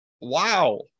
wow